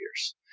years